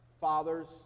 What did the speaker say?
fathers